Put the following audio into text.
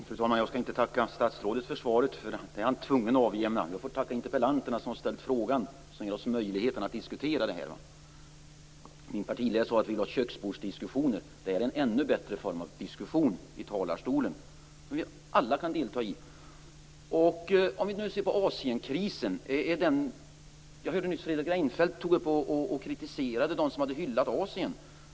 Fru talman! Jag skall inte tacka statsrådet för svaret, för det är han ju tvungen att avlämna. Jag vill i stället tacka interpellanterna som har givit oss möjlighet att diskutera frågan. Min partiledare sade att vi vill ha köksbordsdiskussioner. Det är en ännu bättre form av diskussion att debattera från talarstolen, en diskussion som vi alla kan delta i. Fredrik Reinfeldt kritiserade nyss dem som har hyllat Asien.